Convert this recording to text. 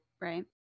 right